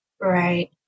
Right